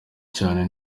cyane